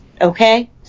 Okay